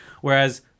Whereas